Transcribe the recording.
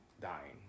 dying